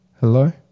Hello